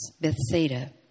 Bethsaida